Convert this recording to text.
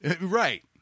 Right